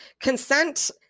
consent